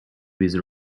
with